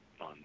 on